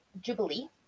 Jubilee